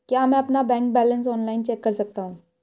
क्या मैं अपना बैंक बैलेंस ऑनलाइन चेक कर सकता हूँ?